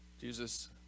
Jesus